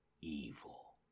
evil